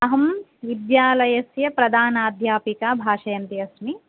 अहं विद्यालयस्य प्रधानाध्यापिका भाषयन्ती अस्मि